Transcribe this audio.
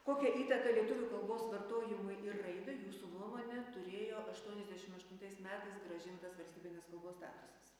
kokią įtaką lietuvių kalbos vartojimui ir raidai jūsų nuomone turėjo aštuoniasdešim aštuntais metais grąžintas valstybinės kalbos statusas